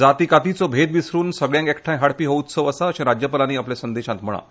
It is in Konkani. जाती कातीचो भेद विसरून सगळ्यांक एकठांय हाडपी हो उत्सव आसा अशें राज्यपालांनी आपल्या संदेशांत म्हळां